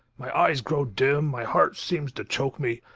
my eyes grow dim, my heart seems to choke me.